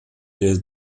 der